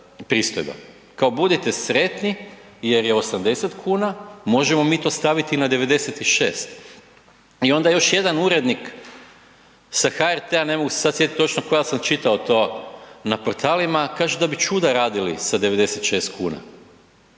pristojba, kao budite sretni jer je 80 kuna, možemo mi to staviti i na 96. I onda još jedan urednik sa HRT-a ne mogu se sada sjetit točno kao da sam to čitao na portalima, kaže da bi čuda radili sa 96 kuna.